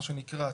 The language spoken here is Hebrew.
מה שנקרא,